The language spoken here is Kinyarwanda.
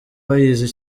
bayizi